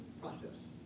process